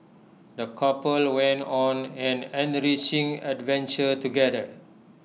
the couple went on an enriching adventure together